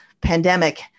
pandemic